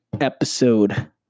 episode